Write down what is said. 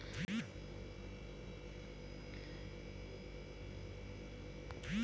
हमारा खाता एस.बी.आई में बा यू.पी.आई से हम पैसा चुका सकत बानी?